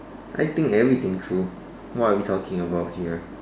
I think everything through what are we talking about here